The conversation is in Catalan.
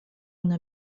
una